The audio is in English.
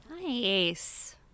Nice